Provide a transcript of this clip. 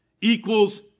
Equals